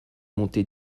monté